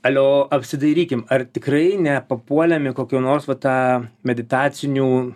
alio apsidairykim ar tikrai nepapuolėm į kokio nors va tą meditacinių